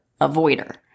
avoider